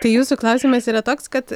tai jūsų klausimas yra toks kad